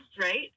right